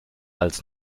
als